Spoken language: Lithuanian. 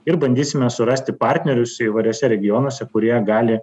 ir bandysime surasti partnerius įvairiuose regionuose kurie gali